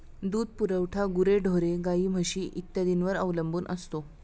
दूध पुरवठा गुरेढोरे, गाई, म्हशी इत्यादींवर अवलंबून असतो